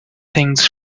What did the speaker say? things